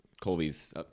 Colby's